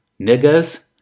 niggas